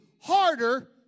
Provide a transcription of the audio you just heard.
harder